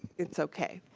it's okay.